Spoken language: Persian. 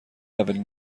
اولین